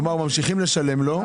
כלומר ממשיכים לשלם לו?